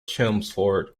chelmsford